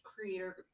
creator